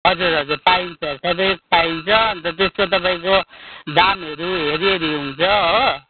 हजुर हजुर पाइन्छ सबै पाइन्छ अन्त त्यसको तपाईँको दामहरू हेरी हेरी हुन्छ हो